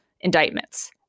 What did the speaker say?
indictments